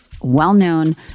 well-known